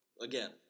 again